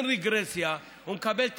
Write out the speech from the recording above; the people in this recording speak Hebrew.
אין רגרסיה.